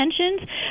tensions